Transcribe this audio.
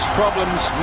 problems